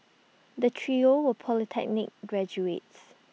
the trio were polytechnic graduates